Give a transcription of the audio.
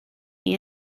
oedd